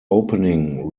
opening